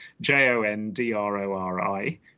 J-O-N-D-R-O-R-I